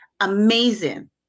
Amazing